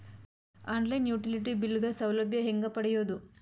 On line utility bill ಗ ಸೌಲಭ್ಯ ಹೇಂಗ ಪಡೆಯೋದು?